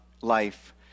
life